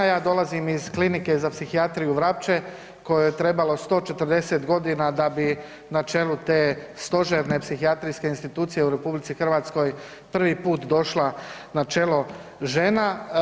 Ja dolazim iz Klinike za psihijatriju Vrapče kojoj je trebamo 140 godina da bi na čelu te stožerne psihijatrijske institucije u RH prvi put došla na čelo žena.